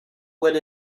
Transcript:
would